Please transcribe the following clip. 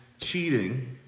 cheating